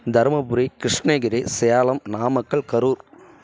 Dharmapuri Krishnagiri Salem Namakkal Karur